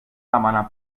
demanar